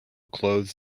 clothes